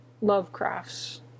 Lovecraft's